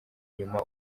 nyuma